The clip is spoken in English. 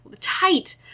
Tight